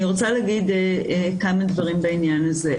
אני רוצה לומר כמה דברים בעניין הזה.